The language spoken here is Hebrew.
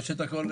ראשית לכל,